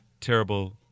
terrible